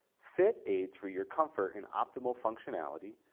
fit aids for your comfort and optimal functionality,